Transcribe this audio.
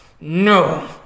No